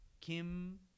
Kim